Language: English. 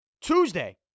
Tuesday